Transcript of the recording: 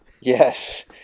Yes